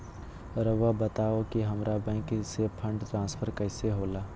राउआ बताओ कि हामारा बैंक से फंड ट्रांसफर कैसे होला?